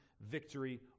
victory